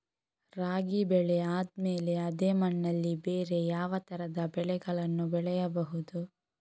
ರಾಗಿ ಬೆಳೆ ಆದ್ಮೇಲೆ ಅದೇ ಮಣ್ಣಲ್ಲಿ ಬೇರೆ ಯಾವ ತರದ ಬೆಳೆಗಳನ್ನು ಬೆಳೆಯಬಹುದು?